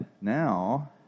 Now